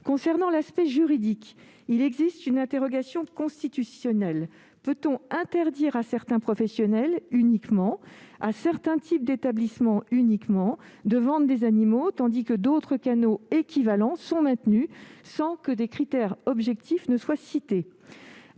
concerne l'aspect juridique, il existe une interrogation constitutionnelle : peut-on interdire à certains professionnels et certains types d'établissements uniquement de vendre des animaux, tandis que d'autres canaux équivalents seraient maintenus, sans que des critères objectifs soient cités ?